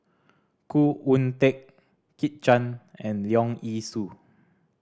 Khoo Oon Teik Kit Chan and Leong Yee Soo